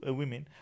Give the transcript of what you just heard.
women